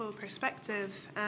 perspectives